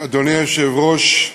אדוני היושב-ראש,